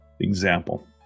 example